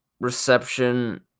reception